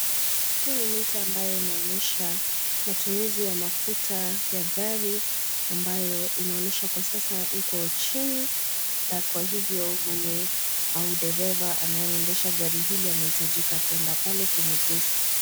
Hii ni mita[cs[ ambayo inaonyesha matumizi ya mafuta ya gari, ambayo inaonyesha kwa sasa iko chini na kwa hivyo mwenye au dereva anayeendesha gari hili anastahili kuenda pale kwenye gesi.